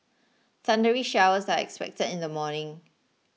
thundery showers are expected in the morning